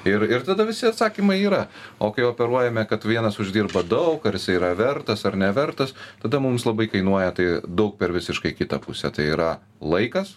ir ir tada visi atsakymai yra o kai operuojame kad vienas uždirba daug ar jisai yra vertas ar nevertas tada mum jis labai kainuoja tai daug per visiškai kitą pusę tai yra laikas